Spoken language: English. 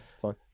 fine